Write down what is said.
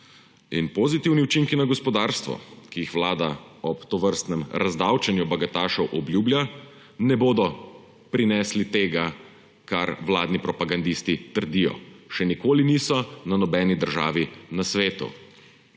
Pozitivni učinki na gospodarstvo, ki jih Vlada ob tovrstnem razdavčenju bogatašev obljublja, ne bodo prinesli tega, kar vladni propagandisti trdijo, še nikoli niso v nobeni državi na svetu.